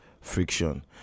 friction